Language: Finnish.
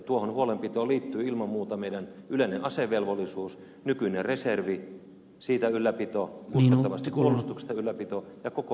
tuohon huolenpitoon liittyy ilman muuta meidän yleinen asevelvollisuutemme nykyinen reservi uskottavan puolustuksen ylläpito ja koko maan puolustuksesta huolehtiminen